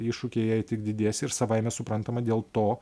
iššūkiai jai tik didės ir savaime suprantama dėl to